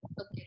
Okay